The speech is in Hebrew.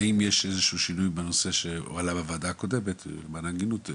האם יש איזה שהוא שינוי בנושא שהועלה בוועדה הקודמת למען ההגינות,